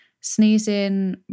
sneezing